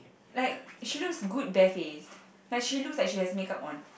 like she looks good bare faced like she looks like she has makeup on